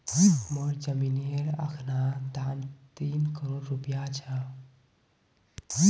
मोर जमीनेर अखना दाम तीन करोड़ रूपया छ